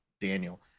Daniel